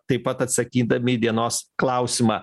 taip pat atsakydami į dienos klausimą